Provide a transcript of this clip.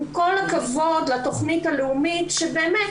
עם כל הכבוד לתכנית הלאומית שבאמת,